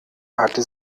hatte